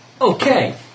Okay